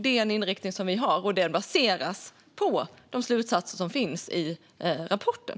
Det är en inriktning som vi har, och den baseras på de slutsatser som finns i rapporten.